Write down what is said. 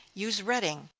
use redding,